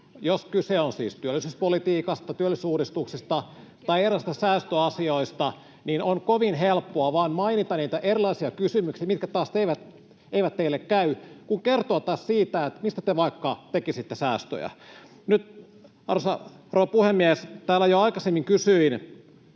Jos kyse on siis työllisyyspolitiikasta, työllisyysuudistuksesta tai eräistä säästöasioista, niin on kovin helppoa vain mainita niitä erilaisia kysymyksiä, mitkä eivät teille käy, kuin kertoa vaikka siitä, mistä taas te tekisitte säästöjä. Nyt, arvoisa rouva puhemies, täällä jo aikaisemmin kysyin,